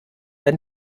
wenn